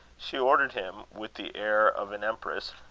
she ordered him, with the air of an empress,